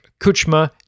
Kuchma